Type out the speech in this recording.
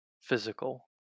physical